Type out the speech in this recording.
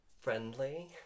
friendly